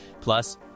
Plus